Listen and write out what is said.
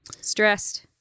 stressed